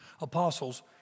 apostles